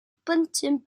blentyn